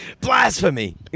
Blasphemy